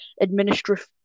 administrative